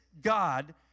God